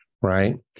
right